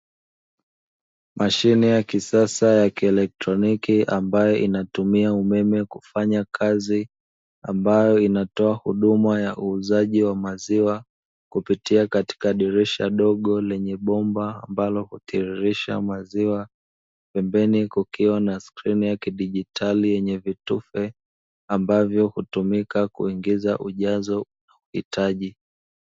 Mashine ya kisasa ya elektroniki ambayo inatumia umeme kufanya kazi ambayo inatoa huduma ya uuzaji wa maziwa kupitia katika dirisha dogo lenye bomba ambalo hutiririsha maziwa, pembeni kukiwa na skrini ya kidijitali yenye vitufe ambavyo hutumika kuingiza ujazo unaouhitaji.